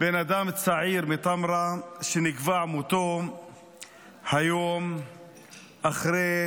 בן אדם צעיר מטמרה שנקבע מותו היום אחרי